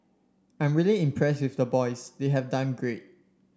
I'm really impressed with the boys they have done great